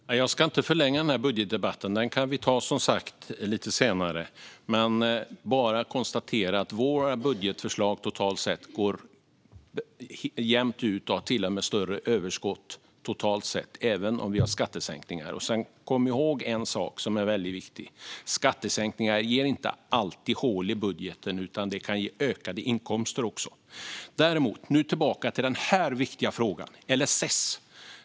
Fru talman! Jag ska inte förlänga denna budgetdebatt, för den kan vi som sagt ta lite senare. Låt mig bara konstatera att vårt budgetförslag går jämnt ut eller till och med har större överskott totalt sett, även om vi har skattesänkningar. Kom ihåg en viktig sak: Skattesänkningar ger inte alltid hål i budgeten utan kan ge ökade inkomster också. Så tillbaka till LSS-frågan.